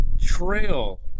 trail